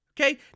Okay